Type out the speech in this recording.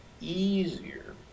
easier